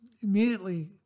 immediately